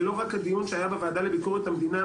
לא רק הדיון שהיה בוועדה לביקורת המדינה,